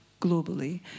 globally